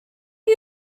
chi